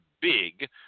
big